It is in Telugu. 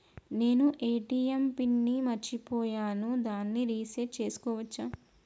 నేను ఏ.టి.ఎం పిన్ ని మరచిపోయాను దాన్ని రీ సెట్ చేసుకోవచ్చా?